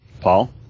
Paul